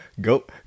go